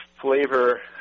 flavor